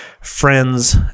friends